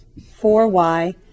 4y